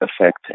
affect